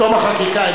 בתום החקיקה.